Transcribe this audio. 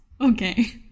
okay